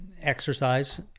exercise